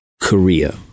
Korea